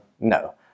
no